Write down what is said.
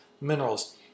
minerals